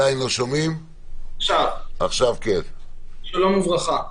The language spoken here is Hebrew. שלום וברכה.